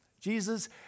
Jesus